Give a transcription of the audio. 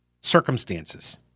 circumstances